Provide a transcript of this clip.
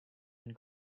and